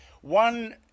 One